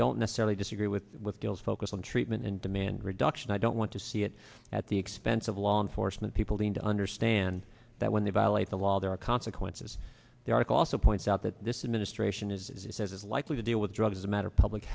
don't necessarily disagree with with bill's focus on treatment and demand reduction i don't want to see it at the expense of law enforcement people need to understand that when they violate the law there are consequences the article also points out that this is ministration it says it's likely to deal with drugs is a matter of public